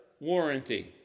warranty